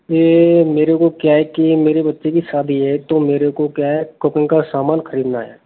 ये मेरे को क्या हैं कि मेरे बच्चे की शादी है तो मेरे को क्या है कुकिंग का सामान खरीदना है